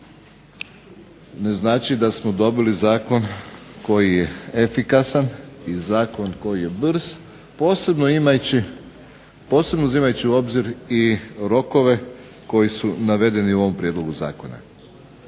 ne znači da smo dobili zakon koji je efikasan i zakon koji je brz posebno uzimajući u obzir i rokove koji su navedeni u ovom prijedlogu zakona.